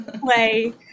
play